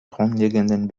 grundlegenden